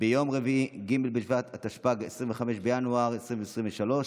ביום רביעי, ג' בשבט התשפ"ג, 25 בינואר 2023,